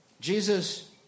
Jesus